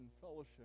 fellowship